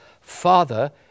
Father